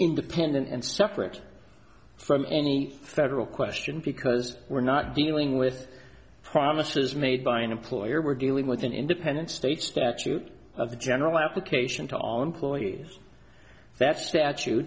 independent and separate from any federal question because we're not dealing with promises made by an employer we're dealing with an independent state statute of the general application to all employees that statu